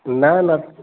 न न